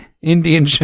indian